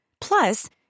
Plus